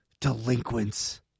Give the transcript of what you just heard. delinquents